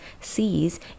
sees